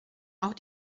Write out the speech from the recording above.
auch